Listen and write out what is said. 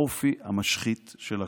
האופי המשחית של הכוח.